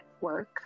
work